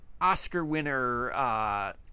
Oscar-winner